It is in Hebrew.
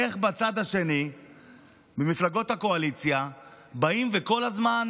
איך בצד השני במפלגות הקואליציה באים וכל הזמן